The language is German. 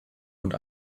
und